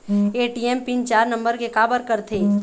ATM PIN चार number के काबर करथे?